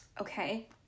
Okay